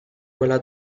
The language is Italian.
quella